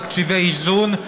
תקציבי איזון,